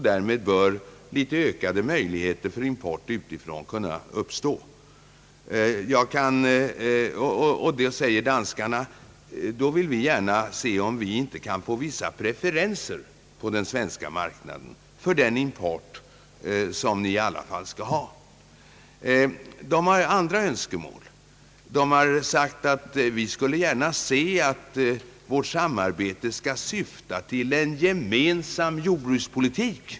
Därmed bör det kunna uppstå ökade möjligheter för import utifrån. Danskarna vill då undersöka om de inte kan få vissa preferenser på den svenska marknaden när det gäller den import som under alla omständigheter blir nödvändig för oss. De har andra önskemål. De har sagt att de gärna skulle se, att vårt samarbete skall syfta till en gemensam jordbrukspolitik.